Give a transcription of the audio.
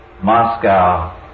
Moscow